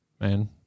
man